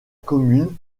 commune